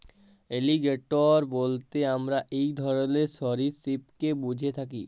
alligator বইলতে আমরা ইক ধরলের সরীসৃপকে ব্যুঝে থ্যাকি